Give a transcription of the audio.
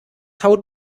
haut